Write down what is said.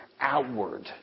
outward